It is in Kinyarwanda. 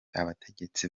abategetsi